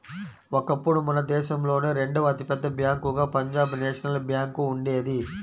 ఒకప్పుడు మన దేశంలోనే రెండవ అతి పెద్ద బ్యేంకుగా పంజాబ్ నేషనల్ బ్యేంకు ఉండేది